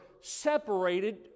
separated